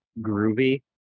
groovy